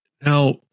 now